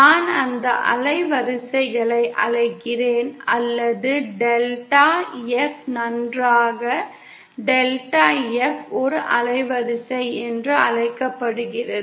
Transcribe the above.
நான் அந்த அலைவரிசைகளை அழைக்கிறேன் அல்லது டெல்டா F ஒரு அலைவரிசை என்று அழைக்கப்படுகிறது